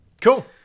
cool